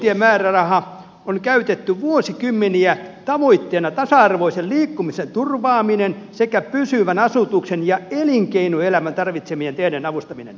tätä yksityistiemäärärahaa on käytetty vuosikymmeniä tavoitteena tasa arvoisen liikkumisen turvaaminen sekä pysyvän asutuksen ja elinkeinoelämän tarvitsemien teiden avustaminen